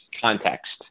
context